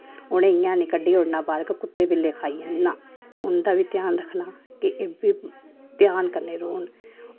उने इयां नी कड्डी ओड़ना बाह्र के कुत्ते बिल्ले खाई जान उंदा बा ध्यान रक्खना ते इब्बी ध्यान कन्नै रौह्न